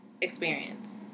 experience